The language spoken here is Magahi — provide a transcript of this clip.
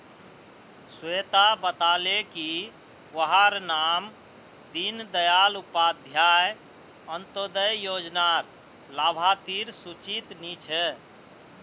स्वेता बताले की वहार नाम दीं दयाल उपाध्याय अन्तोदय योज्नार लाभार्तिर सूचित नी छे